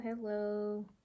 hello